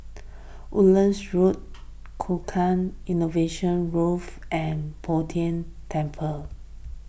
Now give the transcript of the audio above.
Woodlands Road Tukang Innovation Grove and Bo Tien Temple